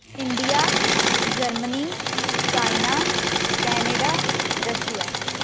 India Germany China Canada Russia